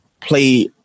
play